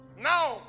Now